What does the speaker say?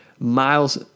Miles